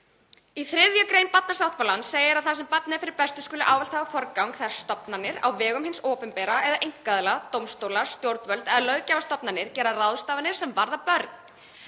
Í 3. gr. barnasáttmálans segir að það sem barni er fyrir bestu skuli ávallt hafa forgang þegar stofnanir á vegum hins opinbera eða einkaaðilar, dómstólar, stjórnvöld eða löggjafarstofnanir gera ráðstafanir sem varða börn.